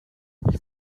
ich